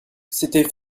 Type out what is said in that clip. c’était